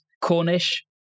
Cornish